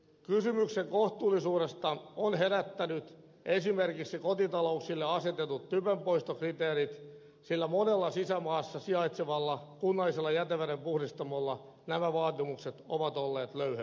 kysymyksen kohtuullisuudesta ovat herättäneet esimerkiksi kotitalouksille asetetut typenpoistokriteerit sillä monella sisämaassa sijaitsevalla kunnallisella jätevedenpuhdistamolla nämä vaatimukset ovat olleet löyhemmät